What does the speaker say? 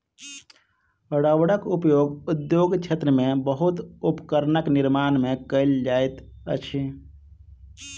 रबड़क उपयोग उद्योग क्षेत्र में बहुत उपकरणक निर्माण में कयल जाइत अछि